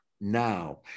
now